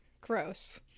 Gross